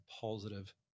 positive